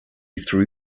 through